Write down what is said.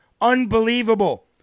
Unbelievable